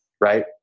right